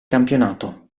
campionato